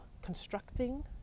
constructing